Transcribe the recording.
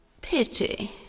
Pity